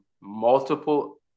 multiple